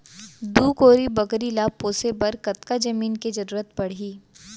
दू कोरी बकरी ला पोसे बर कतका जमीन के जरूरत पढही?